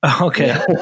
Okay